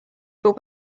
but